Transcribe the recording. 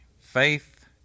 Faith